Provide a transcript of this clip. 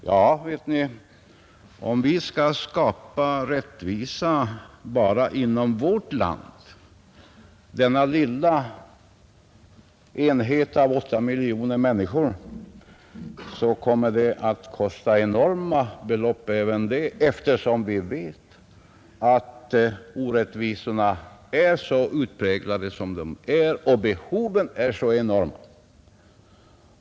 Ja, om vi skall skapa rättvisa inom vårt land, denna lilla enhet på 8 miljoner människor, så kommer redan det att kräva enorma belopp, när orättvisorna är så utpräglade som de är och behovet så enormt.